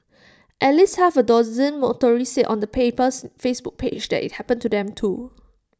at least half A dozen motorists said on the paper's Facebook page that IT happened to them too